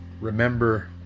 remember